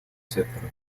сектора